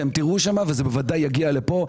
אתם תראו שם וזה ודאי יגיע לפה.